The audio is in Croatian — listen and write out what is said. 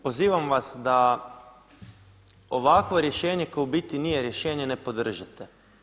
Pozivam vas da ovakvo rješenje koje u biti nije rješenje ne podržite.